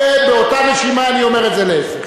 ובאותה נשימה אני אומר את ההיפך.